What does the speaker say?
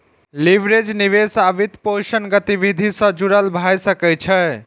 leverage निवेश आ वित्तपोषण गतिविधि सं जुड़ल भए सकै छै